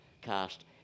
cast